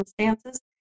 circumstances